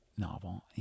novel